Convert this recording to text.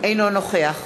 אינו נוכח